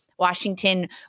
Washington